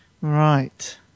Right